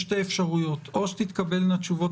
יש שתי אפשרויות: או שתתקבלנה תשובות